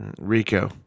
Rico